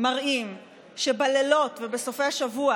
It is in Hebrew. מראים שבלילות ובסופי השבוע,